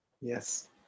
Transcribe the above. Yes